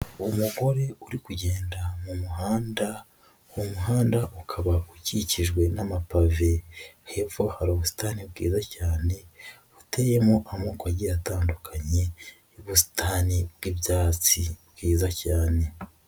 Umugore uri kugenda mu muhanda, umuhanda ukaba ukikijwe n'amapave, hepfo hari ubusitani bwiza cyane buteyemo amoko giye atandukanye y'ubusitani bw'ibyatsi bwiza cyane.